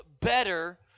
better